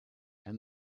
and